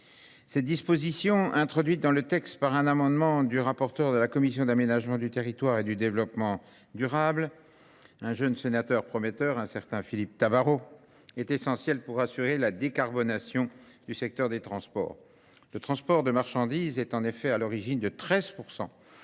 Cette disposition, introduite dans le texte par un amendement du rapporteur de la Commission d'aménagement du territoire et du développement durable, un jeune sénateur prometteur, un certain Philippe Tabarot, est essentiel pour assurer la décarbonation du secteur des transports. Le transport de marchandises est en effet à l'origine de 13%